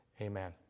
amen